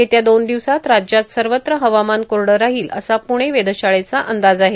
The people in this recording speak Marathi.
येत्या दोन दिवसात राज्यात सर्वत्र हवामान कोरडं राहील असा पुणे वेधशाळेचा अंदाज आहे